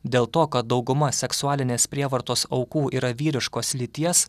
dėl to kad dauguma seksualinės prievartos aukų yra vyriškos lyties